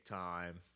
time